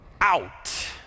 out